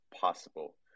possible